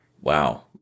wow